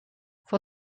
vor